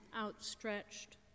outstretched